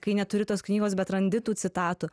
kai neturi tos knygos bet randi tų citatų